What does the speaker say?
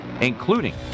including